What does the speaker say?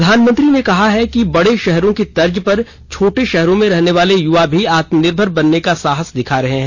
प्रधानमंत्री ने कहा है कि बड़े शहरों की तर्ज पर छोटे शहर में रहनेवाले युवा भी अबात्मनिर्भेर बनने का साहस दिखा रहे है